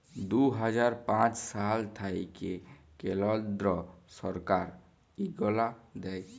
দু হাজার পাঁচ সাল থ্যাইকে কেলদ্র ছরকার ইগলা দেয়